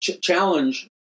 challenge